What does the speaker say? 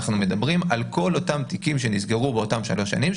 אנחנו מדברים על כל אותם תיקים שנסגרו באותן 3 שנים,